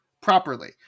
properly